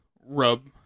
rub